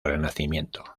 renacimiento